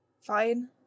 Fine